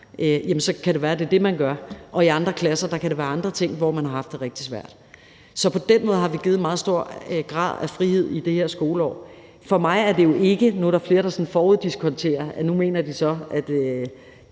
så kan det være, at det er det, man gør, og i andre klasser kan det være andre ting, man har haft det rigtig svært med. Så på den måde har vi givet meget stor grad af frihed til skolerne i det her skoleår. Nu er der flere, der sådan foruddiskonterer og mener, at